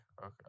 Okay